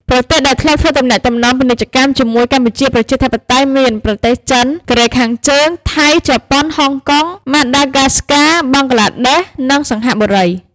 ប្រទេសដែលធ្លាប់ធ្វើទំនាក់ទំនងពាណិជ្ជកម្មជាមួយកម្ពុជាប្រជាធិបតេយ្យមាន ប្រទេសចិន កូរ៉េខាងជើង ថៃ ជប៉ុន ហុងកុង ម៉ាដាហ្គាស្កា បង់ក្លាដែស និងសិង្ហបុរី។